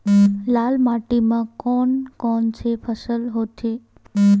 लाल माटी म कोन कौन से फसल होथे?